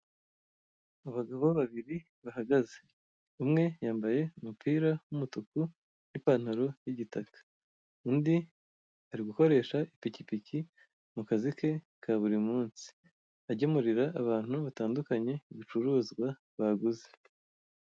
Abagabo babiri bahagaze umwe yambaye umupira w'umutuku n'ipantaro y'igitaka undi ari gukoresha ipikipiki mu kazi ke kaburi munsi agemurira abantu batandukanye ibicuruzwa baguze.